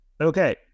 okay